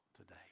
today